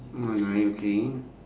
mm alright okay